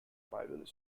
bible